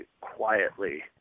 quietly